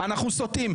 אנחנו סוטים.